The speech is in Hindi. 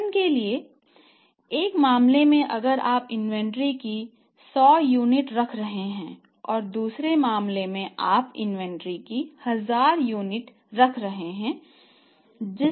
उदाहरण के लिए एक मामले में अगर आप इन्वेंट्री की 100 यूनिट रख रहे हैं और दूसरे मामले में आप इन्वेंट्री की 1000 यूनिट रख रहे हैं